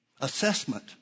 assessment